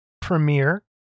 premiere